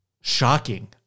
Shocking